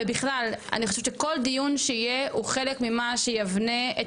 ובכלל אני חושבת שכל דיון שיהיה הוא חלק ממה שיבנה את